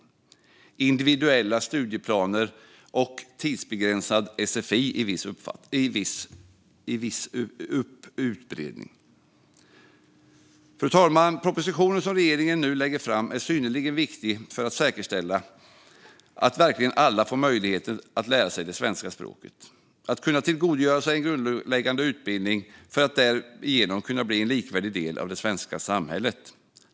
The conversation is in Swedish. Det handlar om individuella studieplaner och tidsbegränsad sfi i viss utsträckning. Fru talman! Propositionen som regeringen nu lägger fram är synnerligen viktig för att säkerställa att verkligen alla får möjligheter att lära sig det svenska språket och att tillgodogöra sig en grundläggande utbildning för att därigenom kunna bli en likvärdig del av det svenska samhället.